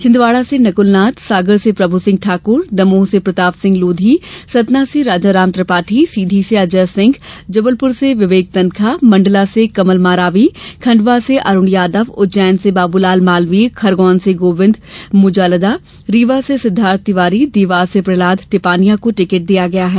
छिंदवाड़ा से नकल नाथ सागर से प्रभूसिंह ठाक्र दमोह से प्रताप सिंह लोधी सतना से राजाराम त्रिपाठी सीधी से अजय सिंह जबलपुर से विवेक तनखा मंडला से कमल मरावी खंडवा से अरूण यादव उज्जैन से बाबूलाल मालवीय खरगोन से गोविंद मुजालदा रीवा से सिद्दार्थ तिवारी देवास से प्रहलाद टिपानिया को टिकट दिया है